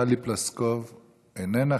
טלי פלוסקוב, איננה.